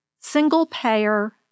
single-payer